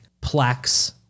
plaques